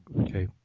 okay